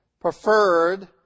preferred